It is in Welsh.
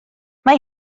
mae